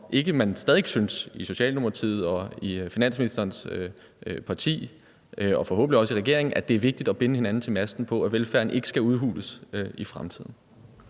man stadig væk synes i Socialdemokratiet, finansministerens parti, og forhåbentlig også i regeringen, at det er vigtigt at binde hinanden til masten, i forhold til at velfærden ikke skal udhules i fremtiden.